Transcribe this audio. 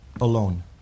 alone